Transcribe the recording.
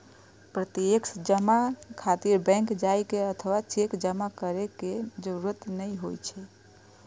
प्रत्यक्ष जमा खातिर बैंक जाइ के अथवा चेक जमा करै के जरूरत नै होइ छै